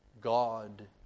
God